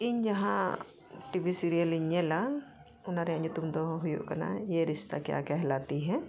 ᱤᱧ ᱡᱟᱦᱟᱸ TV serial ᱤᱧ ᱧᱮᱞᱟ ᱚᱱᱟ ᱨᱮᱭᱟᱜ ᱧᱩᱛᱩᱢ ᱫᱚ ᱦᱩᱭᱩᱜ ᱠᱟᱱᱟ ᱤᱭᱮ ᱨᱤᱥᱛᱟ ᱠᱮᱭᱟ ᱠᱮᱦᱞᱟᱛᱤ ᱦᱮ